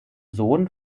sohn